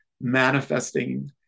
manifesting